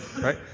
Right